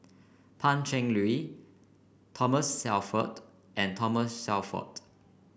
Pan Cheng Lui Thomas Shelford and Thomas Shelford